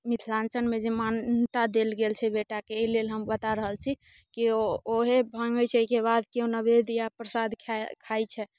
मिथिलाञ्चलमे जे मान्यता देल गेल छै बेटाके एहि लेल हम बता रहल छी कि ओहे भाँगैत छै ओहिके बाद केओ नैवेद्य या प्रसाद खाइत छै